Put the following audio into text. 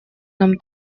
нам